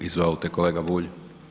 Izvolite kolega Bulj.